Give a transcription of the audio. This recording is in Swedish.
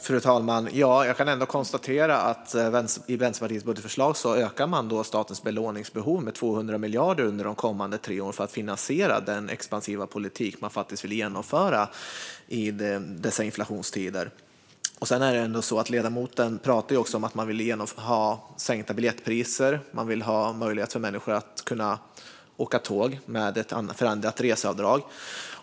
Fru talman! Jag kan ändå konstatera att man i Vänsterpartiets budgetförslag alltså ökar statens belåningsbehov med 200 miljarder under de kommande tre åren, för att finansiera den expansiva politik man vill genomföra i dessa inflationstider. Ledamoten pratar om att man vill ha sänkta biljettpriser och en möjlighet för människor att åka tåg, med hjälp av ett förändrat reseavdrag.